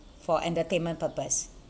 for entertainment purpose